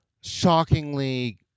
shockingly